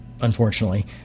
unfortunately